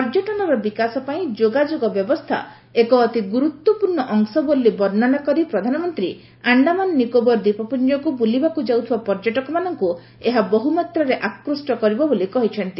ପର୍ଯ୍ୟଟନର ବିକାଶ ପାଇଁ ଯୋଗାଯୋଗ ବ୍ୟବସ୍ଥା ଏକ ଅତି ଗୁରୁତ୍ୱପୂର୍ଣ୍ଣ ଅଶ ବୋଲି ବର୍ଷ୍ଣନା କରି ପ୍ରଧାନମନ୍ତ୍ରୀ ଆଶ୍ଡାମାନ ନିକୋବର ଦ୍ୱୀପପୁଞ୍ଜକୁ ବୁଲିବାକୁ ଯାଉଥିବା ପର୍ଯ୍ୟଟକମାନଙ୍କୁ ଏହା ବହୁ ମାତ୍ରାରେ ଆକୃଷ୍ଟ କରିବ ବୋଲି କହିଛନ୍ତି